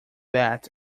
bet